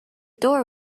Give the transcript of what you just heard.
door